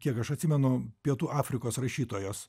kiek aš atsimenu pietų afrikos rašytojos